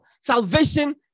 Salvation